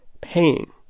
paying